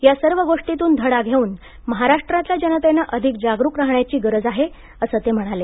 या सर्व गोष्टीतून धडा घेऊन महाराष्ट्रातल्या जनतेनं अधिक जागरूक राहण्याची गरज आहे असं ते म्हणाले